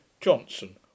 Johnson